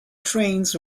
trains